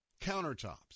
countertops